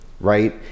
right